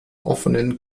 offenen